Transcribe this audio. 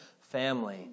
family